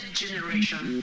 generation